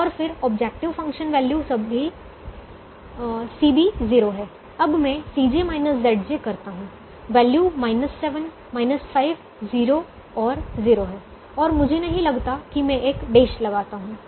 और फिर objective function value सभी cb 0 है अब मैं करता हूं वैल्यू 7 5 0 और 0 हैं और मुझे नहीं लगता कि मैं एक डैश लगाता हूं